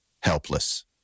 helpless